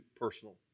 personal